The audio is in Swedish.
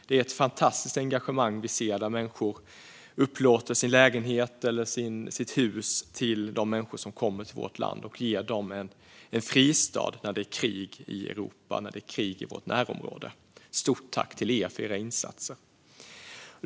Det är ett fantastiskt engagemang vi ser, där människor upplåter sin lägenhet eller sitt hus till de människor som kommer till vårt land och ger dem en fristad när det är krig i Europa och i vårt närområde. Stort tack till er för era insatser!